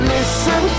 Listen